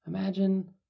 Imagine